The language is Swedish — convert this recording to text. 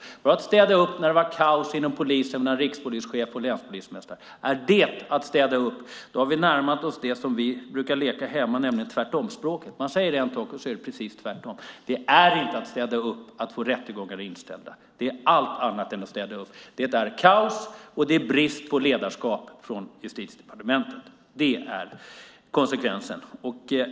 Var det att städa upp när det var kaos inom polisen mellan rikspolischef och länspolismästare? Är det att städa upp har vi närmat oss det vi brukar leka hemma, nämligen tvärtomspråket, man säger en sak och sedan är det precis tvärtom. Det är inte att städa upp att få rättegångar inställda. Det är allt annat än att städa upp. Det är kaos och brist på ledarskap från Justitiedepartementet. Det är konsekvensen.